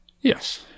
Yes